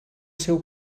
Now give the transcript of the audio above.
seu